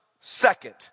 second